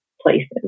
places